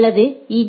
அல்லது ஈ